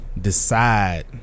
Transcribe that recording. decide